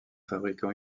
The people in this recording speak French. fabricant